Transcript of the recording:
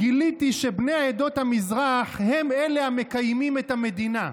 גיליתי שבני עדות המזרח הם אלה המקיימים את המדינה.